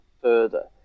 further